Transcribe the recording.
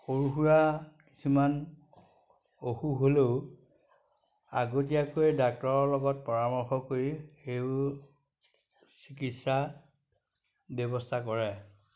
সৰু সুৰা কিছুমান অসুখ হ'লেও আগতীয়াকৈ ডাক্তৰৰ লগত পৰামৰ্শ কৰি সেইবোৰ চিকিৎসা ব্যৱস্থা কৰে